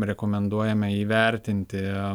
rekomenduojame įvertinti